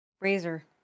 Razor